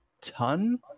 ton